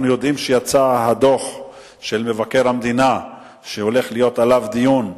אנחנו יודעים שיצא הדוח של מבקר המדינה שהולך להיות עליו דיון,